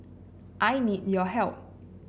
I need your help